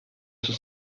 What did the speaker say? sus